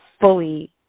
fully